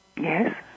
Yes